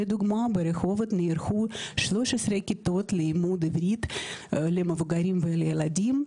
לדוגמא ברחובות נערכו 13 כיתות ללימוד עברית למבוגרים ולילדים,